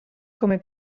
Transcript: come